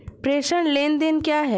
प्रेषण लेनदेन क्या है?